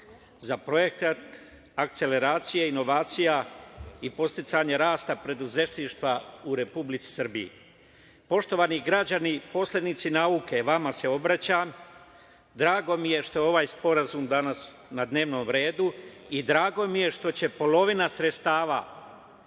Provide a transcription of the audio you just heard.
za Projekat akceleracije inovacija i podsticanja rasta preduzetništva u Republici Srbiji. Poštovani građani, poslanici nauke, vama se obraćam, drago mi je što je ovaj sporazum danas na dnevnom redu i drago mi je što će polovina sredstava,